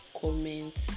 comments